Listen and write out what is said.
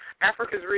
Africa's